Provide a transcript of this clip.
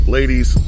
Ladies